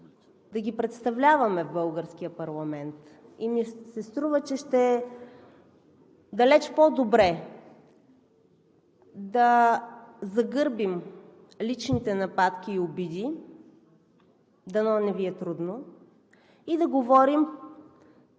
да ги представляваме в българския парламент и ми се струва, че ще е далеч по-добре да загърбим личните нападки и обиди, дано не Ви е трудно, и да говорим